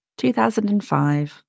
2005